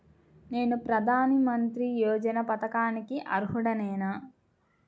నేను ప్రధాని మంత్రి యోజన పథకానికి అర్హుడ నేన?